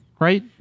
right